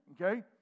okay